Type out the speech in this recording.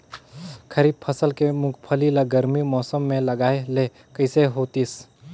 खरीफ फसल के मुंगफली ला गरमी मौसम मे लगाय ले कइसे होतिस?